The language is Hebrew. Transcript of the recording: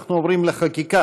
אנחנו עוברים לחקיקה.